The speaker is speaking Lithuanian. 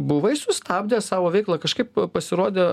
buvai sustabdęs savo veiklą kažkaip pasirodė